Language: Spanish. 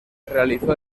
realizó